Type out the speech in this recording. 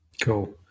Cool